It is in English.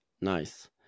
Nice